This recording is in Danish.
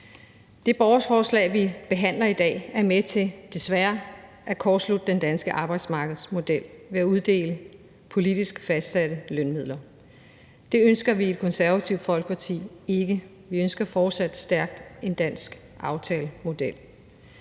Det borgerforslag, vi behandler i dag, er desværre med til at kortslutte den danske arbejdsmarkedsmodel ved at uddele politisk fastsatte lønmidler. Det ønsker vi i Det Konservative Folkeparti ikke. Vi ønsker fortsat en stærk dansk aftalemodel.